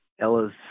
Ella's